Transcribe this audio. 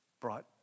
brought